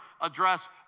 address